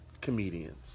comedians